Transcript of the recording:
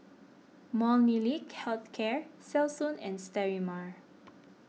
Molnylcke Health Care Selsun and Sterimar